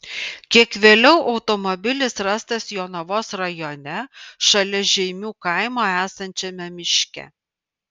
kiek vėliau automobilis rastas jonavos rajone šalia žeimių kaimo esančiame miške